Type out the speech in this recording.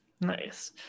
Nice